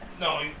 No